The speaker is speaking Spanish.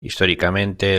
históricamente